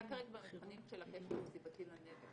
אתה כרגע במבחנים של הקשר הסיבתי לנזק,